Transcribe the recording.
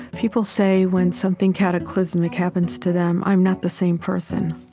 people say, when something cataclysmic happens to them, i'm not the same person.